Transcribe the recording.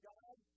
God